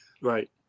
Right